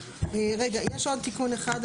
יש עוד תיקון אחד,